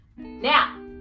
Now